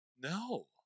No